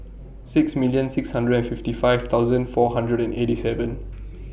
six million six hundred and fifty five thousand four hundred and eighty seven